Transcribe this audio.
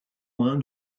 loin